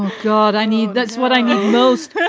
god, i need. that's what i need most.